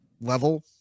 level